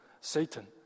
satan